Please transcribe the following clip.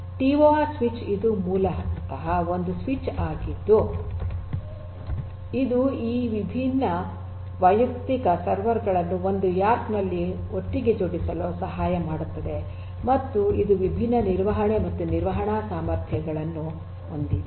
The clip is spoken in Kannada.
ಟಿಓಆರ್ ಸ್ವಿಚ್ ಇದು ಮೂಲತಃ ಒಂದು ಸ್ವಿಚ್ ಆಗಿದ್ದು ಇದು ಈ ವಿಭಿನ್ನ ವೈಯಕ್ತಿಕ ಸರ್ವರ್ ಗಳನ್ನು ಒಂದು ರ್ಯಾಕ್ ನಲ್ಲಿ ಒಟ್ಟಿಗೆ ಜೋಡಿಸಲು ಸಹಾಯ ಮಾಡುತ್ತದೆ ಮತ್ತು ಇದು ವಿಭಿನ್ನ ನಿರ್ವಹಣೆ ಮತ್ತು ನಿರ್ವಹಣಾ ಸಾಮರ್ಥ್ಯಗಳನ್ನು ಹೊಂದಿದೆ